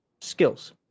skills